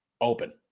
open